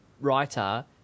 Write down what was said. writer